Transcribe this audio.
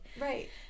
right